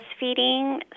breastfeeding